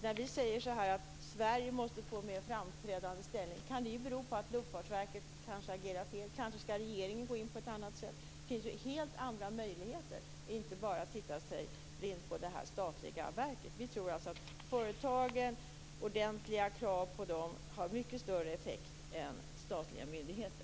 När vi säger att Sverige måste få en mer framträdande ställning kan det bero på att Luftfartsverket agerar fel, kanske ska regeringen gå in på ett annat sätt. Det finns helt andra möjligheter än att stirra sig blind på det här statliga verket. Vi tror att ordentliga krav på företagen har mycket större effekt än statliga myndigheter.